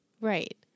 Right